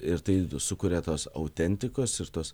ir tai sukuria tos autentikos ir tos